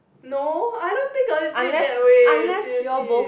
no I don't think of it that way seriously